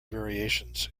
variations